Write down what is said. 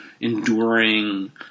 enduring